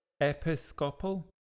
Episcopal